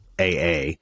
AA